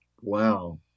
Wow